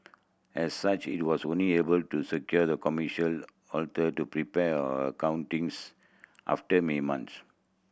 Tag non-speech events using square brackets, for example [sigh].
as such it was only able to secure the commercial alter to prepare our accounting [unintelligible] after me months